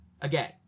Again